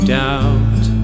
doubt